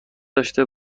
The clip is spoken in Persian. داشته